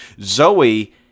zoe